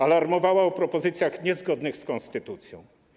Alarmowała o propozycjach niezgodnych z konstytucją.